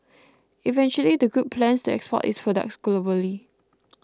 eventually the group plans to export its products globally